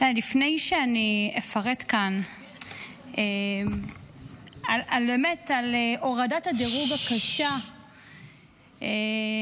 לפני שאני אפרט כאן על הורדת הדירוג הקשה על